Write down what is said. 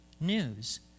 news